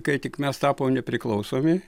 kai tik mes tapom nepriklausomi